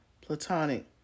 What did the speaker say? platonic